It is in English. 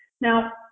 Now